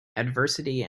adversity